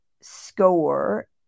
score